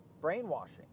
brainwashing